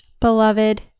beloved